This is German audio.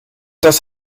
das